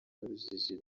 n’ubujiji